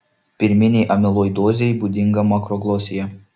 pirminei amiloidozei būdinga makroglosija